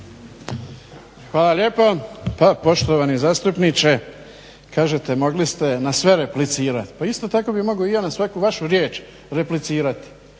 Hvala lijepa. Pa poštovani zastupniče, kažete mogli ste na sve replicirat. Pa isto tako bih mogao i ja na svaku vašu riječ replicirati,